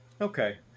okay